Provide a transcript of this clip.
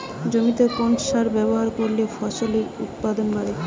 জমিতে কোন সার ব্যবহার করলে ফসলের উৎপাদন বাড়ে?